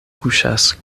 kuŝas